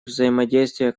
взаимодействия